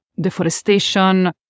deforestation